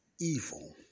evil